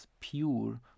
pure